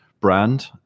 brand